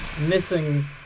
missing